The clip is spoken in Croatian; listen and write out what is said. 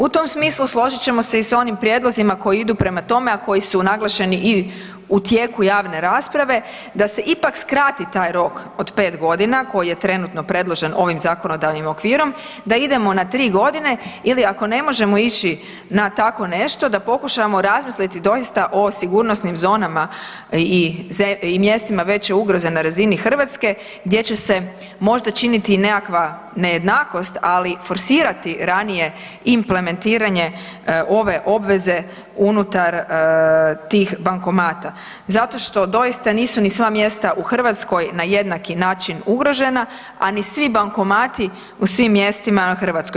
U tom smislu složit ćemo se i sa onim prijedlozima koji idu prema tome, a koji su naglašeni i u tijeku javne rasprave da se ipak skrati taj rok od 5 godina koji je trenutno predložen ovim zakonodavnim okvirom da idemo na 3 godine ili ako ne možemo ići na tako nešto da pokušamo razmisliti doista o sigurnosnim zonama i mjestima veće ugroze na razini Hrvatske gdje će se možda činiti i nekakva nejednakost, ali forsirati ranije implementiranje ove obveze unutar tih bankomata zato što doista nisu ni sva mjesta u Hrvatskoj na jednaki način ugrožena, a ni svi bankomati u svim mjestima u Hrvatskoj.